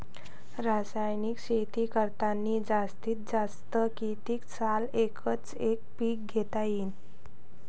रासायनिक शेती करतांनी जास्तीत जास्त कितीक साल एकच एक पीक घेता येईन?